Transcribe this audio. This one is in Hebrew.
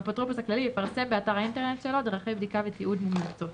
האפוטרופוס הכללי יפרסם באתר האינטרנט שלו דרכי בדיקה ותיעוד מומלצות.